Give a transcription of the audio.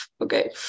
okay